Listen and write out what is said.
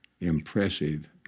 impressive